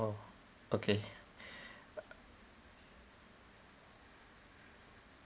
oh okay